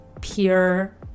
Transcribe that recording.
pure